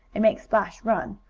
and make splash run,